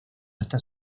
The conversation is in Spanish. hasta